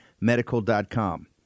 medical.com